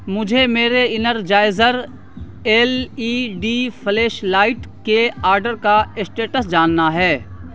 مجھے میرے Energizer L E D flash light کے آڈر کا اسٹیٹس جاننا ہے